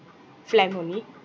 phlegm only